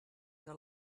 que